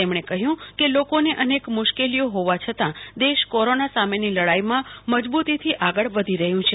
તેમણે કહ્યું કે લોકોને અનેક મુશ્કેલીઓ હોવા છતાં દેશ કોરોના સામેની લડાઈમાં મજબૂતાઈથી આગળ વધી રહ્યું છે